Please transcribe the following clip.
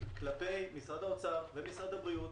מול משרד האוצר ומשרד הבריאות